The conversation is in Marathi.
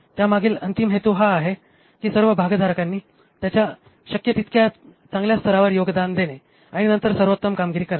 त्यामागील अंतिम हेतू हा आहे की सर्व भागधारकांनी त्याच्या शक्य तितक्या चांगल्या स्तरावर योगदान देणे आणि नंतर सर्वोत्कृष्ट कामगिरी करणे